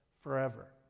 forever